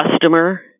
customer